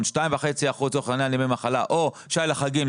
של 2.5 אחוזים ימי מחלה או שי לחגים,